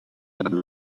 done